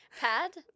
pad